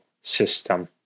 system